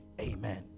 Amen